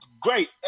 great